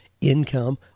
income